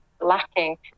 lacking